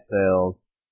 sales